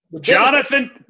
Jonathan